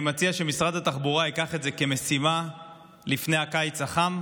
אני מציע שמשרד התחבורה ייקח את זה כמשימה לפני הקיץ החם.